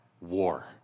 war